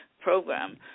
program